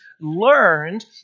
learned